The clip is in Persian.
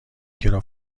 کتاب